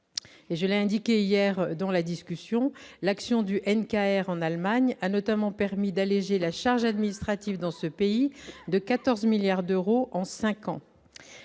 je l'ai indiqué hier dans la discussion, l'action du NK est en Allemagne, a notamment permis d'alléger la charge administrative dans ce pays de 14 milliards d'euros en 5 ans